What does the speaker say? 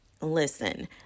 Listen